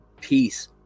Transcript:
Peace